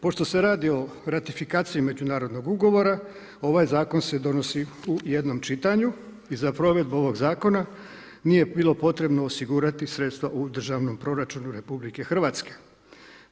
Pošto se radi o ratifikaciji međunarodnog ugovora ovaj Zakon se donosi u jednom čitanju i za provedbu ovoga zakona nije bilo potrebno osigurati sredstva u Državnom proračunu Republike Hrvatske.